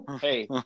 Hey